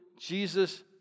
Jesus